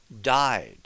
died